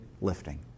lifting